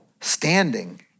standing